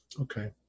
Okay